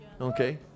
Okay